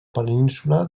península